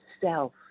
self